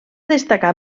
destacar